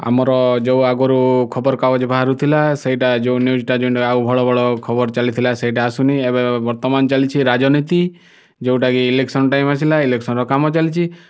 ଆମର ଯେଉଁ ଆଗରୁ ଖବର କାଗଜ ବାହାରୁଥିଲା ସେଇଟା ଯେଉଁ ନ୍ୟୁଜ୍ଟା ଭଲ ଭଲ ଖବର ଚାଲିଥିଲା ସେଇଟା ଆସୁନି ଏବେ ବର୍ତ୍ତମାନ ଚାଲିଛି ରାଜନୀତି ଯେଉଁଟା କି ଇଲେକ୍ସନ୍ ଟାଇମ୍ ଆସିଲା ଇଲେକ୍ସନ୍ର କାମ ଚାଲିଛି